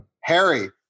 Harry